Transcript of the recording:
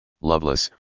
loveless